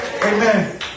Amen